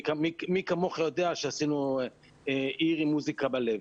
מי כמוך יודע שעשינו עיר עם מוסיקה בלב.